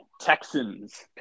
Texans